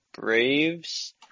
Braves